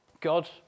God